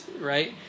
right